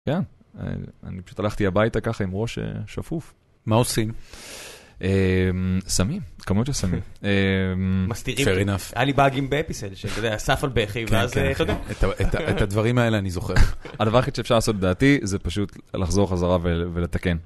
כן, אני פשוט הלכתי הביתה ככה עם ראש שפוף. מה עושים? סמים, כמויות סמים. מסתירים. Fair enough. היה לי באגים באפיסל, שזה על סף בכי ואז אתה יודע... את הדברים האלה אני זוכר. הדבר הכי שאפשר לעשות, לדעתי, זה פשוט לחזור חזרה ולתקן.